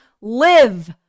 live